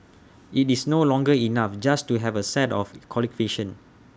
IT is no longer enough just to have A set of